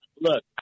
Look